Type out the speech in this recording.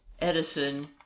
Edison